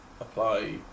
apply